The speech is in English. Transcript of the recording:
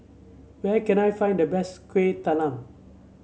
where can I find the best Kueh Talam